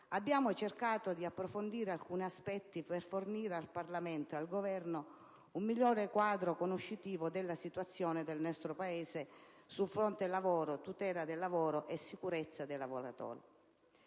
abbiamo cercato di approfondire alcuni aspetti per fornire al Parlamento e al Governo un migliore quadro conoscitivo della situazione del nostro Paese sul fronte lavoro, tutela del lavoro e sicurezza dei lavoratori.